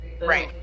right